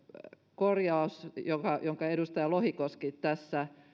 korjaus on siihen jonka edustaja lohikoski tässä